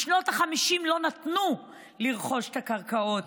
בשנות ה-50 לא נתנו לרכוש את הקרקעות